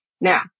Now